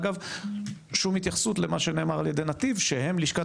אגב שום התייחסות למה שנאמר על ידי נתיב שהם לשכת